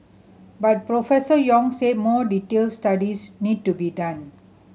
but Professor Yong said more detailed studies need to be done